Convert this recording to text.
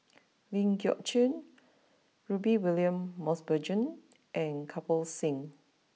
Ling Geok Choon Rudy William Mosbergen and Kirpal Singh